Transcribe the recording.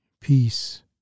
peace